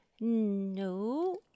no